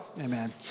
Amen